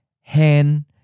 hen